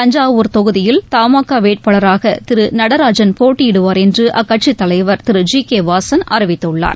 தஞ்சாவூர் தொகுதியில் தமாகா வேட்பாளராக திரு நடராஜன் போட்டியிடுவார் என்று அக்கட்சித் தலைவர் திரு ஜி கே வாசன் அறிவித்துள்ளார்